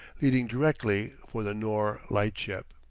heading directly for the nore lightship.